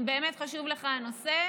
אם באמת חשוב לך הנושא,